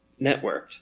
networked